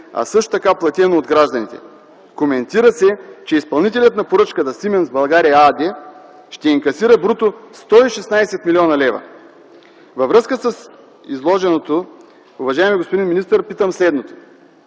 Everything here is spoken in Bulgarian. а също така платено от гражданите. Коментира се, че изпълнителят на поръчката „Сименс България” АД, ще инкасира бруто 116 млн. лв. Във връзка с изложеното, уважаеми господин министър, питам следното: